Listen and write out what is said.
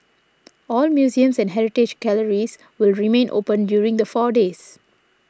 all museums and heritage galleries will remain open during the four days